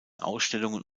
ausstellungen